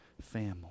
family